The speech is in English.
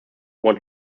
won